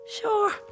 Sure